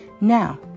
Now